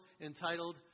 entitled